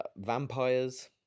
vampires